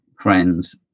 friends